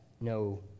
no